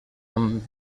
amb